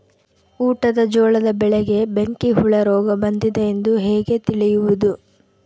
ಊಟದ ಜೋಳದ ಬೆಳೆಗೆ ಬೆಂಕಿ ಹುಳ ರೋಗ ಬಂದಿದೆ ಎಂದು ಹೇಗೆ ತಿಳಿಯುವುದು?